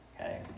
okay